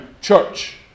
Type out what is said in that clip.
church